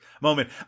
moment